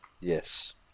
Yes